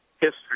history